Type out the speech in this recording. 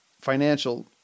financial